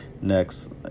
next